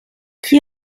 qui